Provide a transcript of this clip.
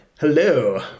Hello